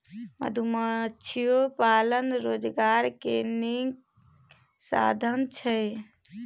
मधुमाछियो पालन रोजगार के नीक साधन छइ